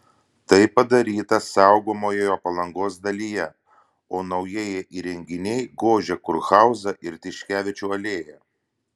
tai padaryta saugomoje palangos dalyje o naujieji įrenginiai gožia kurhauzą ir tiškevičių alėją